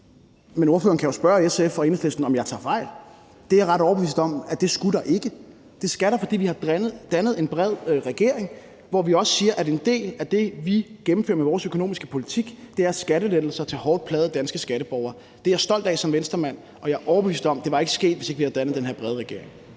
Men ordføreren kan jo spørge SF og Enhedslisten, om jeg tager fejl. Jeg er ret overbevist om, at det skulle der ikke. Det skal der, fordi vi har dannet en bred regering, hvor vi også siger, at en del af det, vi gennemfører med vores økonomiske politik, er skattelettelser til hårdt plagede danske skatteborgere. Det er jeg stolt af som Venstremand, og jeg er overbevist om, at det ikke var sket, hvis ikke vi havde dannet den her brede regering.